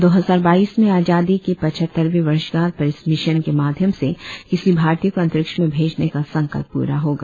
दो हजार बाईस में आजादी की पचहत्तरवीं वर्षगांठ पर इस मिशन के माध्यम से किसी भारतीय को अंतरिक्ष में भेजने का संकल्प पूरा होगा